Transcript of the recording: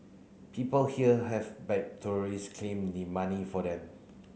people here have bad tourist claim the money for them